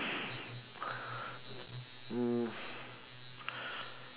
mm